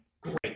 great